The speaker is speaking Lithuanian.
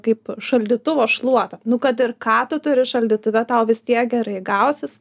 kaip šaldytuvo šluota nu kad ir ką tu turi šaldytuve tau vis tiek gerai gausis